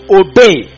obey